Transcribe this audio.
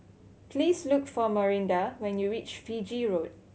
please look for Marinda when you reach Fiji Road